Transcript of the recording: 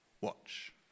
watch